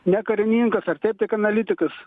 ne karininkas ar taip tik analitikas